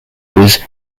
was